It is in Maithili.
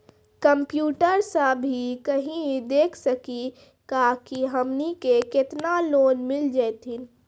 कंप्यूटर सा भी कही देख सकी का की हमनी के केतना लोन मिल जैतिन?